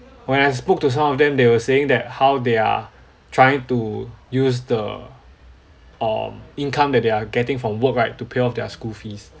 when I spoke to some of them they were saying that how they are trying to use the um income that they're getting from work right to pay off their school fees